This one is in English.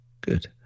good